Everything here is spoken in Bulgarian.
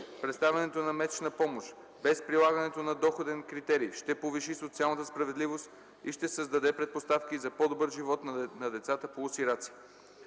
предоставянето на месечна помощ без прилагането на доходен критерий ще повиши социалната справедливост и ще създаде предпоставки за по-добър живот на децата полусираци.